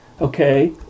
Okay